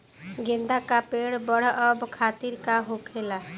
गेंदा का पेड़ बढ़अब खातिर का होखेला?